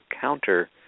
counter